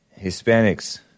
Hispanics